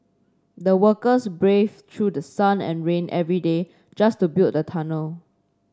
the workers braved through sun and rain every day just to build the tunnel